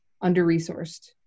under-resourced